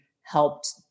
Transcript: helped